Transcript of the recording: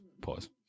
pause